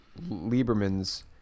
Lieberman's